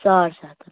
ساڑ سَتھ ہَتھ